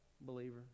believer